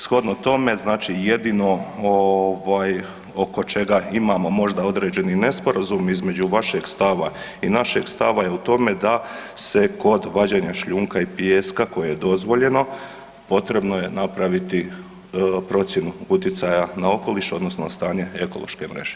Shodno tome znači jedino oko čega imamo možda određeni nesporazum između vašeg stava i našeg stava je u tome da se kod vađenja šljunka i pijeska koje je dozvoljeno, potrebno je napraviti procjenu utjecaja na okoliš odnosno stanje ekološke mreže.